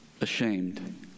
ashamed